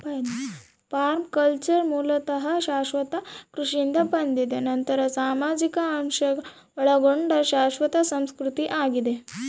permaculture ಮೂಲತಃ ಶಾಶ್ವತ ಕೃಷಿಯಿಂದ ಬಂದಿದೆ ನಂತರ ಸಾಮಾಜಿಕ ಅಂಶ ಒಳಗೊಂಡ ಶಾಶ್ವತ ಸಂಸ್ಕೃತಿ ಆಗಿದೆ